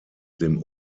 dem